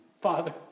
Father